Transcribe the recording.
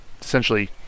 essentially